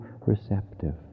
receptive